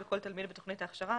וכל תלמיד בתוכנית ההכשרה